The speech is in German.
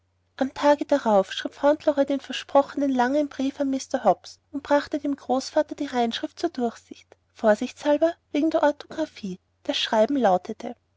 am tage darauf schrieb fauntleroy den versprochenen langen brief an mr hobbs und brachte dem großvater die reinschrift zur durchsicht vorsichtshalber wegen der o'thographie das schreiben lautete